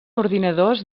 ordinadors